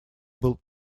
был